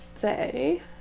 say